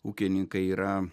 ūkininkai yra